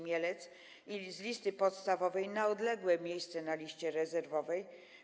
Mielec z listy podstawowej na odległe miejsce na liście rezerwowej.